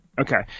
Okay